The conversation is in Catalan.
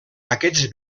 aquests